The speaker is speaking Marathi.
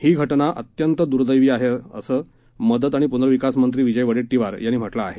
ही घटना अंत्यंत दुर्दैवी आहे असं मदत आणि पुनर्विकासमंत्री विजय वडेट्टीवार यांनी म्हटलं आहे